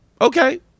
okay